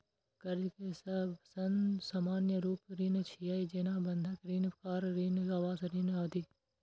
कर्ज के सबसं सामान्य रूप ऋण छियै, जेना बंधक ऋण, कार ऋण, आवास ऋण आदि